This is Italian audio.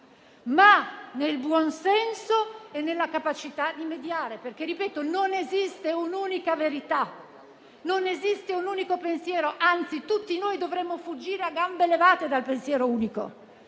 ma nel buonsenso e nella capacità di mediare, perché - ripeto - non esiste un'unica verità, non esiste un unico pensiero, anzi tutti noi dovremmo fuggire a gambe levate dal pensiero unico.